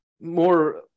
more